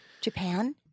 Japan